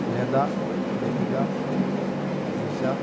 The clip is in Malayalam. ലത ലതിക നിഷ